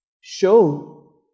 show